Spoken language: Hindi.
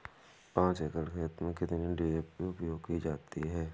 पाँच एकड़ खेत में कितनी डी.ए.पी उपयोग की जाती है?